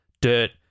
dirt